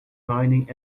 mining